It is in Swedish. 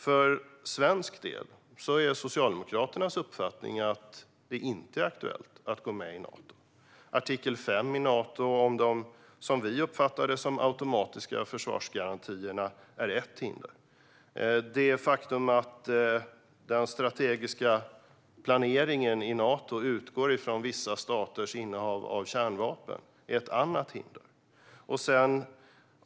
För svensk del är Socialdemokraternas uppfattning att det inte är aktuellt att gå med i Nato. Artikel 5 i Nato om de, som vi uppfattar det, automatiska försvarsgarantierna är ett hinder. Faktumet att den strategiska planeringen i Nato utgår från vissa staters innehav av kärnvapen är ett annat hinder.